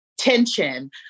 tension